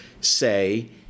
say